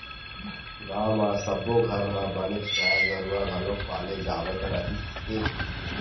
गाँव म सब्बो घर म बनेच गाय गरूवा घलोक पाले जावत रहिस हे